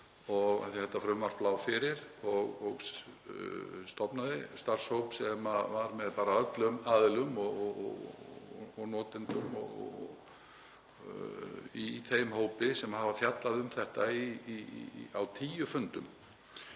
þetta frumvarp lá fyrir, og stofnaði starfshóp með öllum aðilum og notendum. Í þeim hópi, sem hefur fjallað um þetta á tíu fundum,